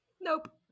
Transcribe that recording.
Nope